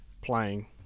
playing